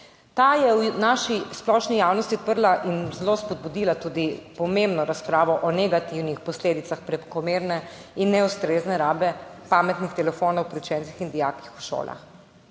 Ta je v naši splošni javnosti odprla in zelo spodbudila tudi pomembno razpravo o negativnih posledicah prekomerne in neustrezne rabe pametnih telefonov pri učencih in dijakih v šolah.